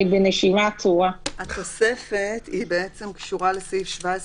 התוספת קשורה לסעיף 17,